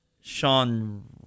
Sean